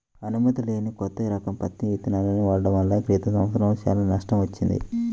అనుమతి లేని కొత్త రకం పత్తి విత్తనాలను వాడటం వలన క్రితం సంవత్సరం చాలా నష్టం వచ్చింది